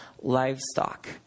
livestock